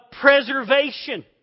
preservation